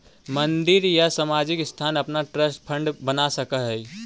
मंदिर या सामाजिक संस्थान अपना ट्रस्ट फंड बना सकऽ हई